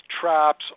traps